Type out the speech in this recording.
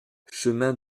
chemin